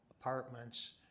apartments